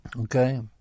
Okay